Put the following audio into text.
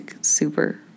super